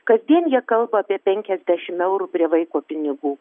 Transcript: kasdien jie kalba apie penkiasdešimt eurų prie vaiko pinigų